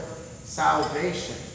salvation